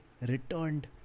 returned